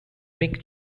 mick